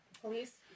police